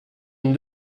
une